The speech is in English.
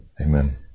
Amen